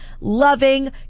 loving